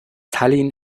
tallinn